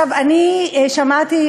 אני שמעתי,